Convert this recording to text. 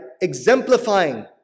Exemplifying